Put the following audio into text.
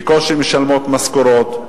בקושי משלמות משכורות.